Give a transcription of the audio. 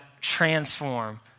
transform